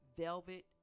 velvet